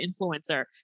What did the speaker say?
influencer